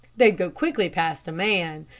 they'd go quickly past a man,